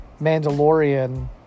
Mandalorian